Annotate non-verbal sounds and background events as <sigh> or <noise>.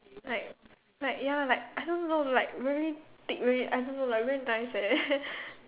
like like ya like I don't know like very thick very I don't know like very nice eh <laughs>